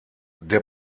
der